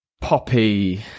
poppy